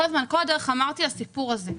לאורך כל הדרך אמרתי שזה הסיפור הזה.